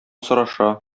сораша